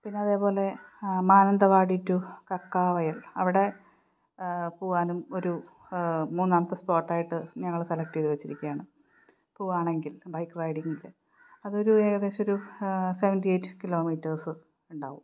പിന്നെ അതേപോലെ മാനന്തവാടി ടു കക്കാവയൽ അവിടെ പോകാനും ഒരു മൂന്നാമത്തെ സ്പോട്ടായിട്ട് ഞങ്ങള് സെലക്ട് ചെയ്തുവെച്ചിരിക്കുകയാണ് പോവുകയാണെങ്കിൽ ബൈക്ക് റൈഡിങ്ങില് അതൊരു ഏകദേശം ഒരു സെവൻറ്റി എയ്റ്റ് കിലോമീറ്റേഴ്സ് ഉണ്ടാകും